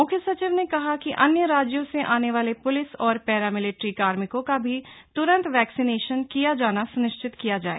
मुख्य सचिव ने कहा कि अन्य राज्यों से आने वाले प्लिस और पैरामिलिट्री कार्मिकों का भी त्रंत वैक्सिनेशन किया जाना स्निश्चित किया जाए